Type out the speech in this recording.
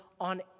on